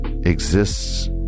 exists